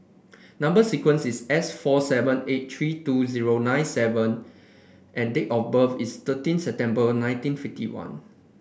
number sequence is S four seven eight three two zero nine seven and date of birth is thirteen September nineteen fifty one